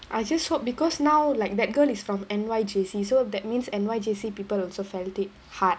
I just hope because now like that girl is from N_Y_J_C so that means N_Y_J_C people also validate hard